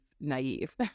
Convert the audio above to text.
naive